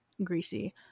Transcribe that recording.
greasy